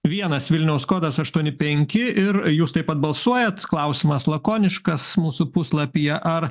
vienas vilniaus kodas aštuoni penki ir jūs taip pat balsuojat klausimas lakoniškas mūsų puslapyje ar